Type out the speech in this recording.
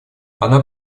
она